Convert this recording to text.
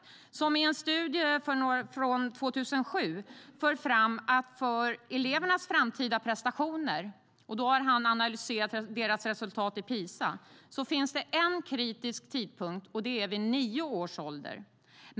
Han för i en studie från 2007 fram att det för elevernas framtida prestationer - han har analyserat deras resultat i PISA - finns en kritisk tidpunkt, och det är vid nio års ålder.